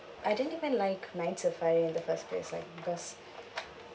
I didn't even like night safari in the first place like because